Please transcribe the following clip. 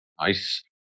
Nice